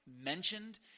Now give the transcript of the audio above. mentioned